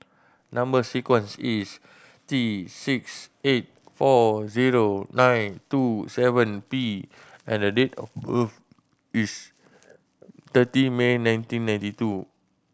number sequence is T six eight four zero nine two seven P and date of birth is thirty May nineteen ninety two